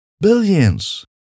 Billions